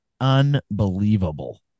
unbelievable